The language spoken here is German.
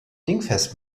dingfest